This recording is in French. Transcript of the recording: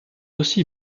aussi